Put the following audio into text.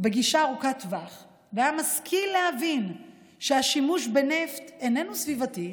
גישה ארוכת טווח והיה משכיל להבין שהשימוש בנפט איננו סביבתי